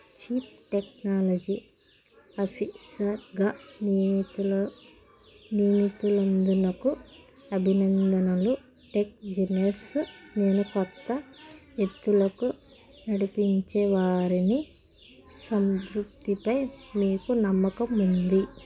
chief technology అఫీసర్గా నీయమితులు నీయమితులు అయినందుకు అభినందనలు టెక్ జెనియస్ నేను కొత్త ఎత్తులకు నడిపించే వారని సంతృప్తిపై మీకు నమ్మకం ఉంది